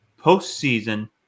postseason